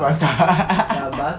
basah